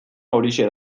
horixe